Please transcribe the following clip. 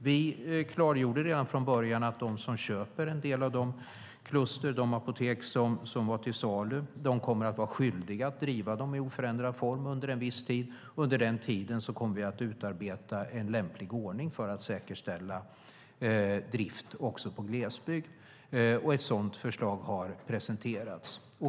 Vi klargjorde redan från början att de som köpte en del av de kluster, de apotek, som var till salu skulle vara skyldiga att driva dem i oförändrad form under en viss tid. Under den tiden kommer vi att utarbeta en lämplig ordning för att säkerställa drift också i glesbygd. Och ett sådant förslag har presenterats.